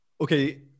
Okay